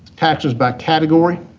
taxes by category.